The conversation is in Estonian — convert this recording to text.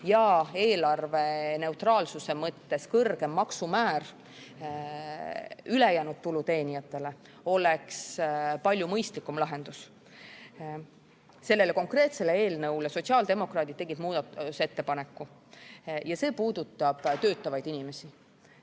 ja eelarveneutraalsuse mõttes kõrgem maksumäär ülejäänud tuluteenijatele oleks palju mõistlikum lahendus. Selle konkreetse eelnõu kohta sotsiaaldemokraadid tegid muudatusettepaneku ja see puudutab töötavaid inimesi.